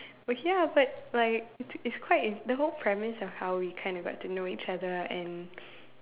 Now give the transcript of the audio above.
we're here after like it's it's quite the whole premise of how we kind of got to know each other and